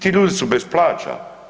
Ti ljudi su bez plaća.